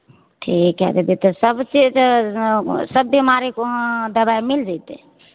ठीक हइ दीदी तऽ सब चीज सब बिमाड़ीक वहाॅं दबाई मिल जइतै